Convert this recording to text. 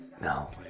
no